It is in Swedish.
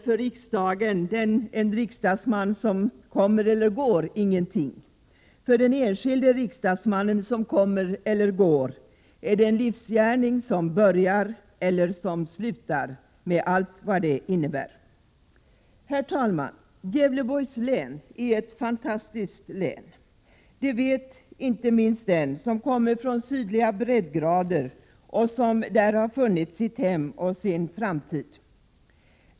För riksdagen betyder en riksdagsman som kommer eller går ingenting. För den enskilde riksdagsmannen som kommer eller går är det en livsgärning som börjar eller slutar — med allt vad det innebär. Herr talman! Gävleborgs län är ett fantastiskt län. Det vet inte minst de som kommer ifrån sydligare breddgrader och som har funnit sitt hem och sin framtid i länet.